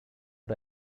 but